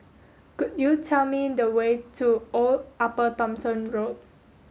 could you tell me the way to Old Upper Thomson Road